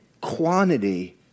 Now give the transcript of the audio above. quantity